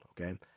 okay